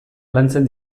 lantzen